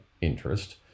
interest